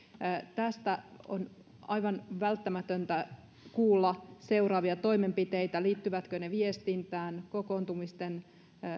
tästä on aivan välttämätöntä kuulla seuraavia toimenpiteitä liittyvätkö ne viestintään kokoontumisten